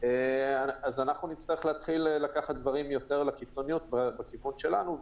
אז אנחנו נצטרך להתחיל לקחת דברים יותר לקיצוניות בכיוון שלנו,